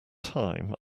time